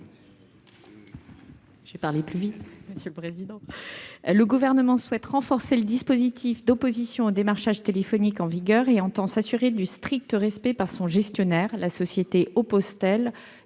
Le Gouvernement souhaite renforcer le dispositif d'opposition au démarchage téléphonique en vigueur et entend s'assurer du strict respect par son gestionnaire, la société Opposetel,